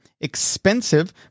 expensive